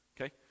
Okay